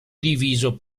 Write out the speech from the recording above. diviso